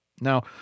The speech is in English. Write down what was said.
Now